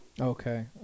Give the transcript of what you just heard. Okay